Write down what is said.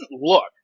look